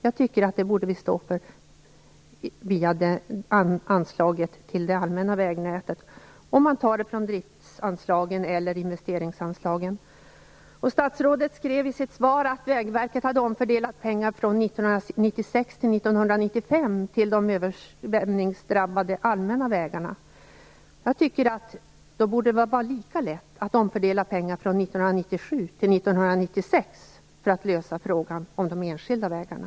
Detta borde vi stå för via anslaget till det allmänna vägnätet, antingen från driftsanslagen eller från investeringsanslagen. Statsrådet sade i sitt svar att Vägverket hade omfördelat pengar från 1996 till 1995 till de översvämningsdrabbade allmänna vägarna. Jag tycker att det då borde vara lika lätt att omfördela pengar från 1997 till 1996 för att lösa frågan om de enskilda vägarna.